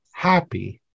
happy